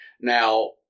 Now